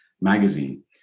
Magazine